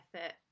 effort